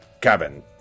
cabin